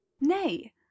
nay